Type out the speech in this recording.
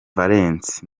valens